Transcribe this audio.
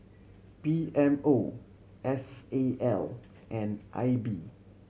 P M O S A L and I B